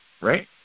right